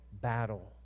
battle